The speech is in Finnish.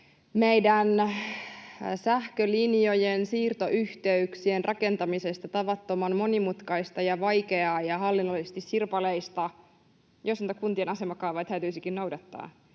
meidän sähkölinjojen siirtoyhteyksien rakentamisesta tavattoman monimutkaista ja vaikeaa ja hallinnollisesti sirpaleista, jos näitä kuntien asemakaavoja täytyisikin noudattaa.